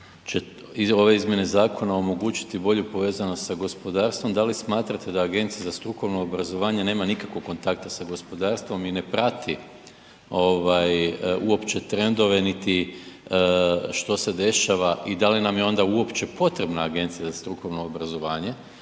da će izmjene zakona omogućiti bolju povezanost sa gospodarstvom, da li smatrate da Agencija za strukovno obrazovanje nema nikakvog kontakta sa gospodarstvom i ne prati uopće trendove niti što se dešava i da li nam je onda uopće potrebna Agencija za strukovno obrazovanje